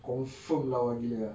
confirm lawa gila ah